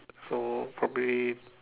so probably